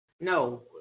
No